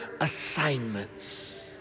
assignments